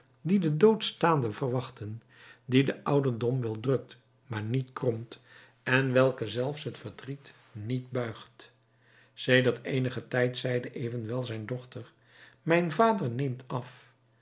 die den dood staande verwachten dien de ouderdom wel drukt maar niet kromt en welken zelfs het verdriet niet buigt sedert eenigen tijd zeide evenwel zijn dochter mijn vader neemt af